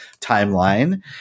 timeline